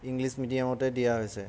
English মিডিয়ামতে দিয়া হৈছে